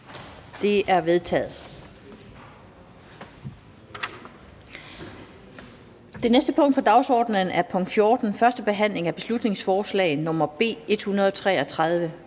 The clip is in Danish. Det er vedtaget. --- Det næste punkt på dagsordenen er: 14) 1. behandling af beslutningsforslag nr. B 133: